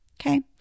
Okay